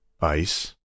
Ice